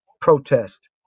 protest